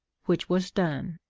which was done.